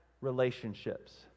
relationships